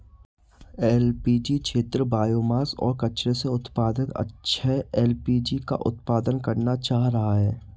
LPG क्षेत्र biomass और कचरे से उत्पादित अक्षय एल.पी.जी का उत्पादन करना चाह रहा है